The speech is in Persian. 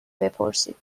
بپرسید